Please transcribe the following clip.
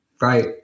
Right